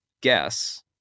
guess